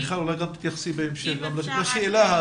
מיכל, את תתייחסי אחר כך לשאלה.